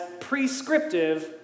prescriptive